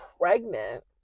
pregnant